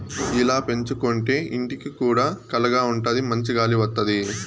ఇలా పెంచుకోంటే ఇంటికి కూడా కళగా ఉంటాది మంచి గాలి వత్తది